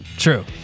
true